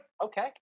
Okay